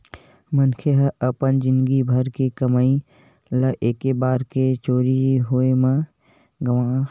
मनखे ह अपन जिनगी भर के कमई ल एके बार के चोरी होए म गवा डारथे